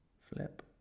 flip